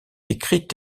écrite